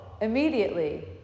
immediately